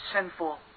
sinful